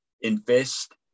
invest